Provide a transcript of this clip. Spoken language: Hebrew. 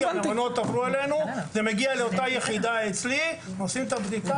וזה מגיע לאותה יחידה אצלי ועושים את הבדיקה.